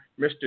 Mr